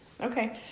Okay